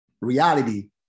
reality